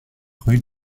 rue